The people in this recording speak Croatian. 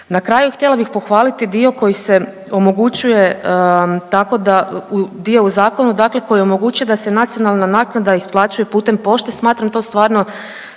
Na kraju htjela bih pohvaliti dio koji se omogućuje tako da, dio u zakonu dakle koji omogućuje da se nacionalna naknada isplaćuje putem pošte, smatram to stvarno